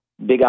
Big